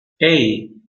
hey